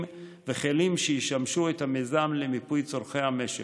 וכלים שישמשו את המיזם למיפוי צורכי המשק.